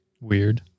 Weird